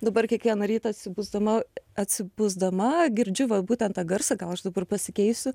dabar kiekvieną rytą atsibusdama atsibusdama girdžiu va būtent tą garsą gal aš dabar pasikeisiu